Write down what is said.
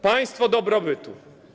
Państwo dobrobytu.